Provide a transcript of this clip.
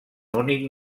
únic